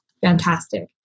fantastic